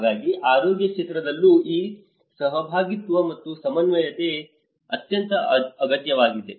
ಹಾಗಾಗಿ ಆರೋಗ್ಯ ಕ್ಷೇತ್ರದಲ್ಲೂ ಈ ಸಹಭಾಗಿತ್ವ ಮತ್ತು ಸಮನ್ವಯತೆ ಅತ್ಯಂತ ಅಗತ್ಯವಾಗಿದೆ